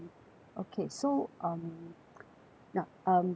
okay so um ya um